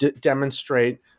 demonstrate